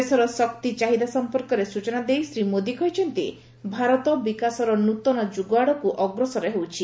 ଦେଶର ଶକ୍ତି ଚାହିଦା ସଂପର୍କରେ ସୂଚନା ଦେଇ ଶ୍ରୀ ମୋଦୀ କହିଛନ୍ତି ଭାରତ ବିକାଶର ନୂତନ ଯୁଗ ଆଡ଼କୁ ଅଗ୍ରସର ହେଉଛି